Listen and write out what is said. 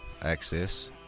access